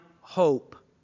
hope